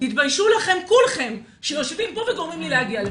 תתביישו לכם כולכם שיושבים פה וגורמים לי להגיע לפה.